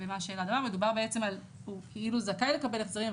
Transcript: מדובר על זה שהוא זכאי לקבל החזרים,